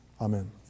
amen